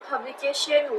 publication